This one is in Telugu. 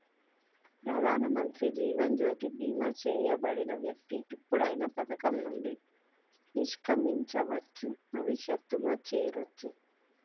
ప్రధానమంత్రి జీవన్ జ్యోతి బీమా చేయబడిన వ్యక్తి ఎప్పుడైనా పథకం నుండి నిష్క్రమించవచ్చు, భవిష్యత్తులో చేరొచ్చు